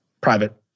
private